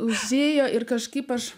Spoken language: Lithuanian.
užėjo ir kažkaip aš